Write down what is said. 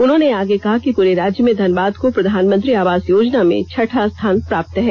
उन्होंने आगे कहा की पूरे राज्य में धनबाद को प्रधनमंत्री आवास योजना में छठा स्थान प्राप्त है